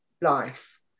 life